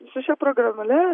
su šia programėle